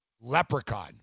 leprechaun